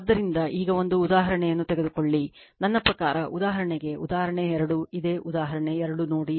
ಆದ್ದರಿಂದ ಈಗ ಒಂದು ಉದಾಹರಣೆಯನ್ನು ತೆಗೆದುಕೊಳ್ಳಿ ನನ್ನ ಪ್ರಕಾರ ಉದಾಹರಣೆಗೆ ಉದಾಹರಣೆ 2 ಅದೇ ಉದಾಹರಣೆ 2 ನೋಡಿ